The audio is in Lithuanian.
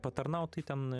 patarnaut tai ten